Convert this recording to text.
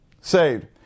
saved